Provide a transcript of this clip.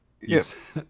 Yes